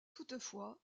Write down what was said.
toutefois